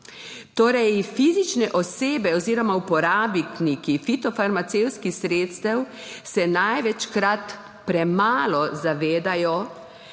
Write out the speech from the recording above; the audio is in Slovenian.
Torej, fizične osebe oziroma uporabniki fitofarmacevtskih sredstev se največkrat premalo zavedajo,